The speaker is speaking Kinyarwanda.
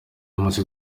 bamaze